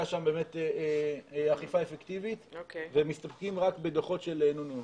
בה אכיפה אפקטיבית ומסתפקים רק בדוחות של נו-נו-נו.